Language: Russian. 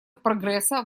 прогресса